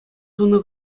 тунӑ